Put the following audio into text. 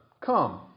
Come